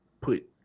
put